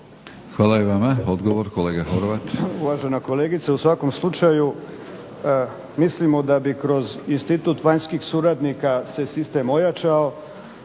Hvala i vama. Odgovor, kolega Horvat.